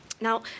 Now